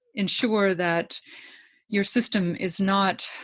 ensure that your system is not